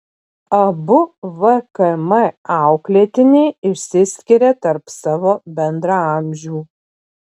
abu vkm auklėtiniai išsiskiria tarp savo bendraamžių